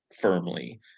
firmly